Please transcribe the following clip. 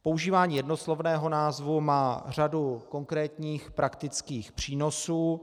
Používání jednoslovného názvu má řadu konkrétních praktických přínosů.